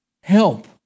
help